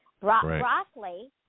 broccoli